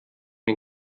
den